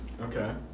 okay